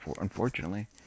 Unfortunately